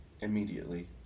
immediately